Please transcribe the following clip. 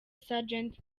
sergeant